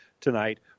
tonight